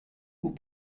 vous